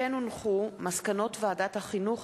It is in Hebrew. מסקנות ועדת החינוך,